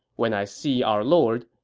when i see our lord,